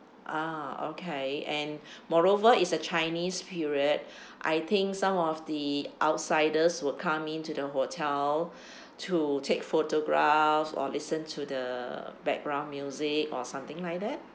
ah okay and moreover it's a chinese period I think some of the outsiders would come into the hotel to take photographs or listen to the background music or something like that